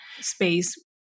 space